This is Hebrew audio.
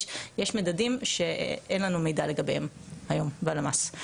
יש מדדים שאין לנו מידע לגביהם היום בלמ"ס.